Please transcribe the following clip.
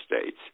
states